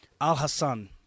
Al-Hassan